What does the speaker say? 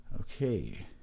Okay